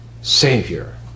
Savior